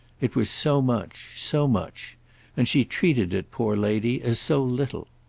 it was so much so much and she treated it, poor lady, as so little.